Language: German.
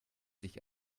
sich